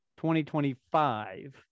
2025